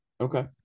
Okay